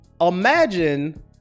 Imagine